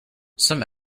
some